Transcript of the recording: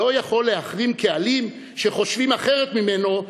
לא יכול להחרים קהלים שחושבים אחרת ממנו,